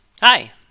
Hi